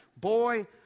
boy